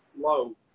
slow